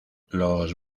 los